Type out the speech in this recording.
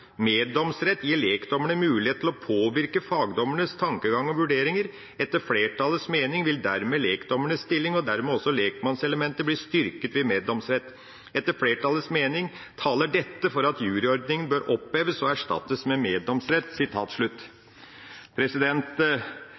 Meddomsrett gir lekdommerne mulighet til å påvirke fagdommernes tankegang og vurderinger. Etter flertallets mening vil dermed lekdommernes stilling, og dermed også lekmannselementet, bli styrket ved meddomsrett. Etter flertallets mening taler dette for at juryordningen bør oppheves og erstattes med meddomsrett.»